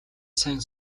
сайн